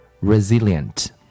resilient